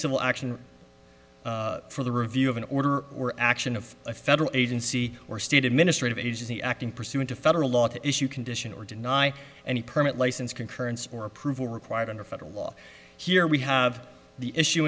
civil action for the review of an order or action of a federal agency or state administrative agency acting pursuant to federal law to issue condition or deny any permit license concurrence or approval required under federal law here we have the issu